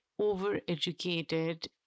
overeducated